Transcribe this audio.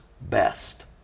best